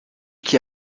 qui